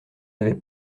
avaient